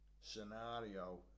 scenario